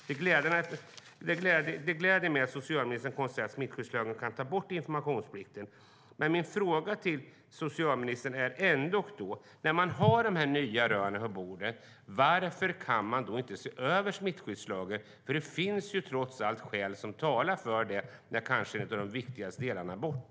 Det gläder mig att socialministern konstaterar att smittskyddslagen kan ta bort informationsplikten. Men jag har ändå en fråga till socialministern: När nu de nya rönen finns på bordet, varför kan man inte se över smittskyddslagen? Det finns trots allt skäl som talar för det.